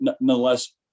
nonetheless